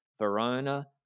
Verona